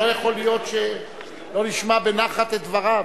לא יכול להיות שלא נשמע בנחת את דבריו.